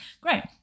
great